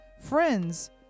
friends